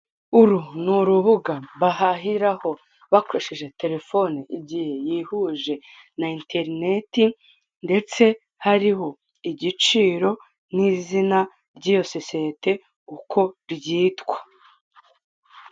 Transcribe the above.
Uru ni urubuga bahahiraho bakoresheje telefone igihe yihuje na interineti ndetse hariho igiciro n'izina ryiyo sosiyete uko yitwa.